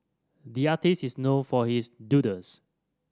the artists is known for his doodles